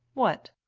what?